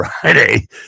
Friday